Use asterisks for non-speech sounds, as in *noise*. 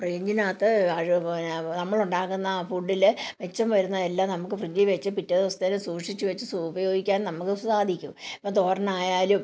ഫ്രിഡ്ജിനകത്ത് *unintelligible* നമ്മൾ ഉണ്ടാക്കുന്ന ഫുഡ്ഡിൽ മിച്ചം വരുന്നതെല്ലാം നമുക്ക് ഫ്രിഡ്ജില് വെച്ച് പിറ്റേ ദിവസത്തേന് സൂക്ഷിച്ച് വെച്ച് സ് ഉപയോഗിക്കാന് നമുക്ക് സാധിക്കും അതിപ്പോൾ തോരനായാലും